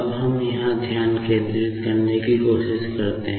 अब हम यहाँ ध्यान केंद्रित करने की कोशिश करते हैं